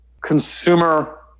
consumer